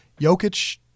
Jokic